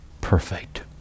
perfect